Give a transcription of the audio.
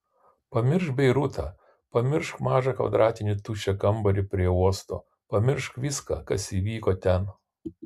pamiršk beirutą pamiršk mažą kvadratinį tuščią kambarį prie uosto pamiršk viską kas įvyko ten